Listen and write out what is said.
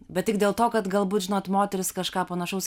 bet tik dėl to kad galbūt žinot moterys kažką panašaus